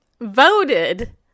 voted